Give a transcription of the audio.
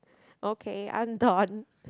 okay I'm done